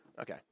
Okay